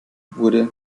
wurde